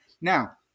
Now